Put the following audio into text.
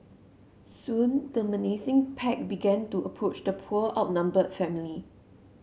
soon the menacing pack began to approach the poor outnumbered family